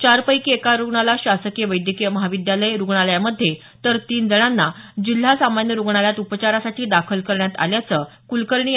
चार पैकी एका रुग्णाला शासकीय वैद्यकीय महाविद्यालय रुग्णालयामध्ये तर तीन जणांना जिल्हा सामान्य रुग्णालयात उपचारांसाठी दाखल करण्यात आलं असल्याचं जिल्हा शल्य चिकित्सक डॉ